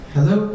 Hello